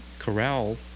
Corral